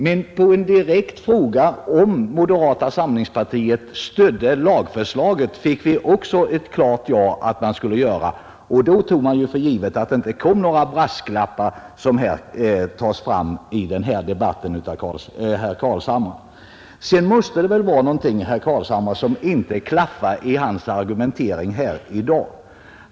Men på en direkt fråga, om moderata samlingspartiet stödde lagförslaget, fick vi också ett klart ja; det skulle man göra. Då tog man ju för givet att det inte skulle komma några sådana brasklappar som här i debatten tas fram av herr Carlshamre. Sedan måste det väl vara någonting som inte klaffar i herr Carlshamres argumentering här i dag.